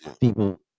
People